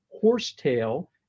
horsetail